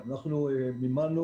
אנחנו מימנו